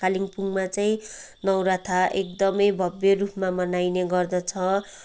कालिम्पोङमा चाहिँ नौरथा एकदमै भव्य रूपमा मनाइने गर्दछ